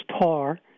tar